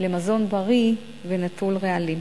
למזון בריא ונטול רעלים.